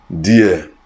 dear